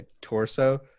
torso